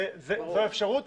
זאת אפשרות.